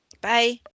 Bye